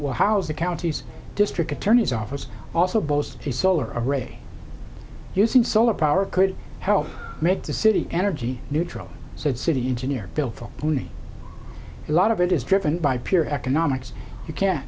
will house the county's district attorney's office also boasts a solar array using solar power could help make the city energy neutral so the city engineer built a lot of it is driven by pure economics you can